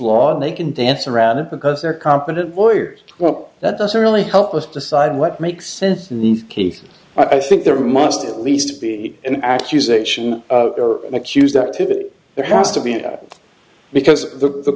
and they can dance around it because they're competent lawyer well that doesn't really help us decide what makes sense need keith i think there must be at least to be an accusation or an accused activity there has to be because the